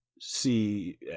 see